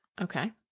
Okay